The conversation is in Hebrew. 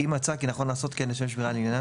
אם מצאה כי נכון לעשות כן לשם שמירה על עניינם